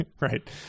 Right